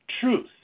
truth